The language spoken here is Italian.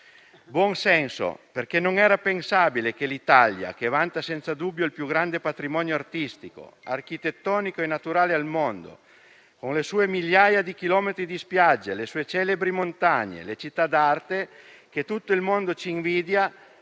buon senso perché non era pensabile che l'Italia, che vanta senza dubbio il più grande patrimonio artistico, architettonico e naturale al mondo, con le sue migliaia di chilometri di spiaggia, le sue celebri montagne e le città d'arte che tutto il mondo ci invidia,